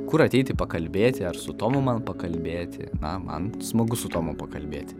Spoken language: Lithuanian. kur ateiti pakalbėti ar su tomu man pakalbėti na man smagu su tomu pakalbėti